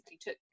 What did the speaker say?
took